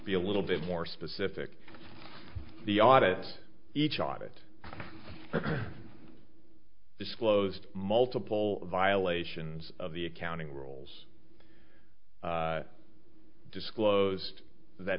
be a little bit more specific the audit each audit disclosed multiple violations of the accounting rules disclosed that